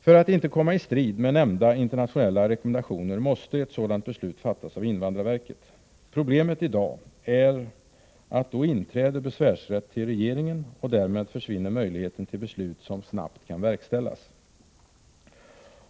För att inte komma i strid med nämnda internationella rekommendationer måste ett sådant beslut fattas av invandrarverket. Problemet i dag är att besvärsrätt till regeringen då inträder, och därmed försvinner möjligheten till beslut som snabbt kan verkställas.